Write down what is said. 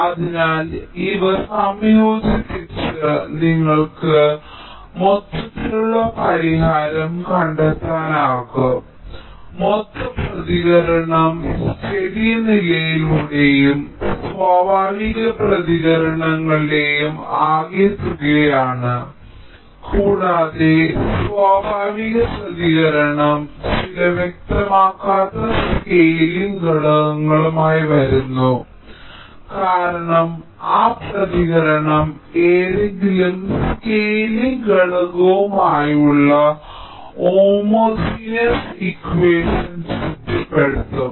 അതിനാൽ ഇവ സംയോജിപ്പിച്ച് നിങ്ങൾക്ക് മൊത്തത്തിലുള്ള പരിഹാരം കണ്ടെത്താനാകും അതിനാൽ മൊത്തം പ്രതികരണം സ്റ്റെഡി നിലയുടെയും സ്വാഭാവിക പ്രതികരണങ്ങളുടെയും ആകെത്തുകയാണ് കൂടാതെ സ്വാഭാവിക പ്രതികരണം ചില വ്യക്തമാക്കാത്ത സ്കെയിലിംഗ് ഘടകങ്ങളുമായി വരുന്നു കാരണം ആ പ്രതികരണം ഏതെങ്കിലും സ്കെയിലിംഗ് ഘടകവുമായുള്ള ഹോമോജിനെസ് ഇക്വഷൻ തൃപ്തിപ്പെടുത്തും